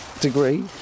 ...degree